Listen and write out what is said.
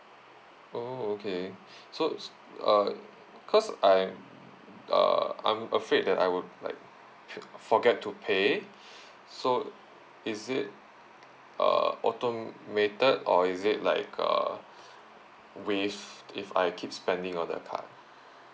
oh okay so uh cause I'm uh I'm afraid that I would like for~ forget to pay so is it uh automated or is it like a waste if I keep spending all the time